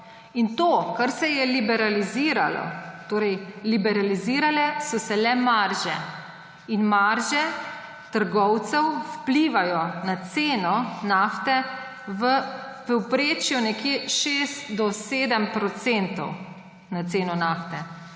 In to, kar se je liberaliziralo, torej liberalizirale so se le marže. In marže trgovcev vplivajo na ceno nafte v povprečju okoli 6–7 %. Vsekakor ni ta